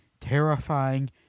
terrifying